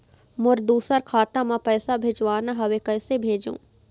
मोर दुसर खाता मा पैसा भेजवाना हवे, कइसे भेजों?